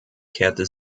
kehrte